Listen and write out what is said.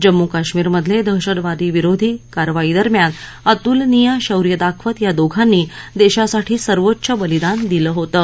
जम्मू कश्मीरमधले दहशतवादी विरोधी करावाईदरम्यान अतूलनिय शौर्य दाखवत या दोघांनी देशासाठी सर्वोच्च बलिदान दिलं होतं